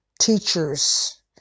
teachers